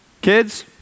kids